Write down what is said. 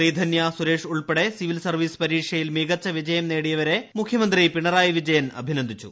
ശ്രീധന്യ സുരേഷ് ഉൾപ്പെട്ട് civil service പരീക്ഷയിൽ മികച്ച വിജയം നേടിയവ്രെ മുഖ്യമന്ത്രി പിണറായി വിജയൻ അഭി നന്ദിച്ചു